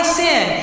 sin